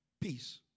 Peace